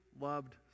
loved